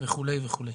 וכן הלאה.